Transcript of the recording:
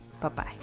bye-bye